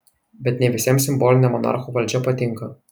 bet ne visiems simbolinė monarchų valdžia patinka